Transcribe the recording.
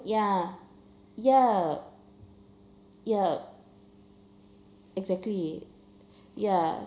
ya ya ya exactly ya